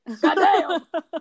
goddamn